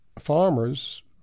farmers